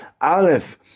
Aleph